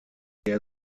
der